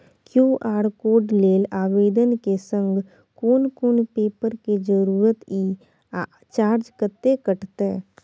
QR code लेल आवेदन के संग कोन कोन पेपर के जरूरत इ आ चार्ज कत्ते कटते?